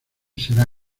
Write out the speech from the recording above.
será